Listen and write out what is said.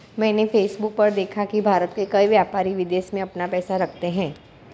मैंने फेसबुक पर देखा की भारत के कई व्यापारी विदेश में अपना पैसा रखते हैं